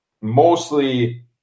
mostly